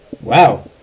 Wow